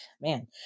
man